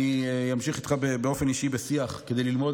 אני אמשיך איתך בשיח באופן אישי כדי ללמוד.